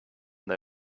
they